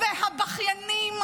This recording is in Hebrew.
והבכיינים,